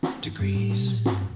degrees